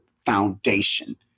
Foundation